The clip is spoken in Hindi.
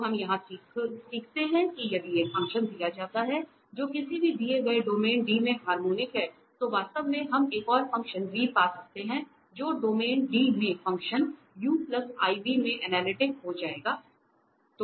तो हम यहां क्या सीखते हैं कि यदि एक फंक्शन दिया जाता है जो किसी दिए गए डोमेन D में हार्मोनिक है तो वास्तव में हम एक और फ़ंक्शन v पा सकते हैं जो डोमेन D में फ़ंक्शन u iv में एनालिटिक हो जाएगा